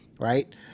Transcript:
right